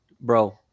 bro